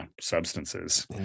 substances